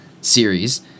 series